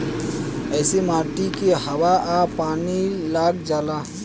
ऐसे माटी के हवा आ पानी लाग जाला